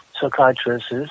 psychiatrists